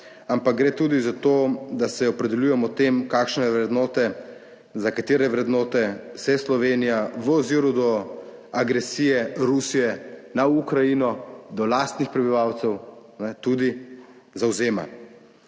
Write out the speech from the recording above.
ampak gre tudi za to, da se opredeljujem o tem kakšne vrednote, za katere vrednote se Slovenija v oziru do agresije Rusije na Ukrajino, do lastnih prebivalcev tudi zavzema.